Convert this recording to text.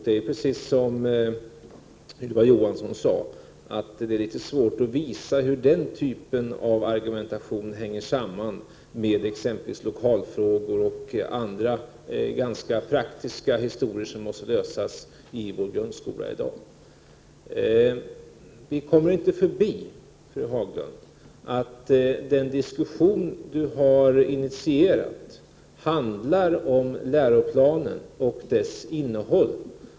Det är, precis som Ylva Johansson sade, svårt att visa hur den typen av argumentation hänger samman med exempelvis lokalfrågor och andra ganska praktiska frågor som måste lösas i vår grundskola i dag. Vi kommer inte ifrån att den diskussion fru Haglund har initierat handlar om läroplanen och dess innehåll.